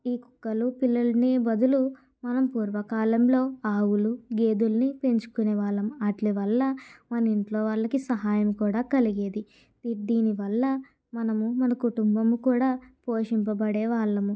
ఈ కుక్కలు పిల్లులని బదులు మనం పూర్వకాలంలో ఆవులు గేదెలని పెంచుకునే వాళ్ళం వాటి వల్ల మన ఇంట్లో వాళ్ళకి సహాయం కూడా కలిగేది దీనివల్ల మనము మన కుటుంబము కూడా పోషింపబడే వాళ్ళము